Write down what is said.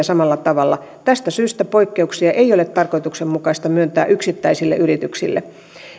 samalla tavalla tästä syystä poikkeuksia ei ole tarkoituksenmukaista myöntää yksittäisille yrityksille